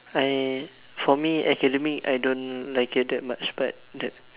I for me academic I don't like it that much but that